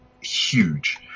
huge